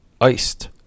iced